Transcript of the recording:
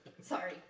Sorry